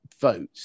vote